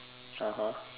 (uh huh)